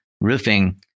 roofing